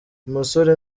umusore